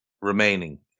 remaining